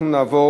אנחנו נעבור